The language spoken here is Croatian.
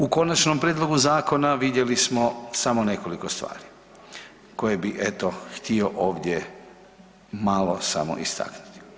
U Konačnom prijedlogu zakona vidjeli smo samo nekoliko stvari koje bi eto htio ovdje malo samo istaknuti.